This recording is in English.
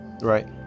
right